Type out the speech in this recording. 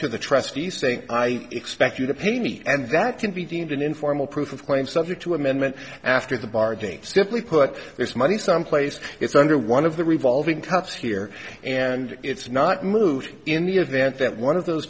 to the trustee saying i expect you to pay me and that can be deemed an informal proof of claim subject to amendment after the bar date stiffly put this money someplace it's under one of the revolving cups here and it's not moot in the event that one of those